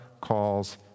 calls